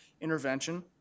intervention